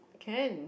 can